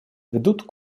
ведут